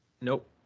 Nope